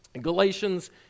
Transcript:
Galatians